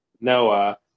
Noah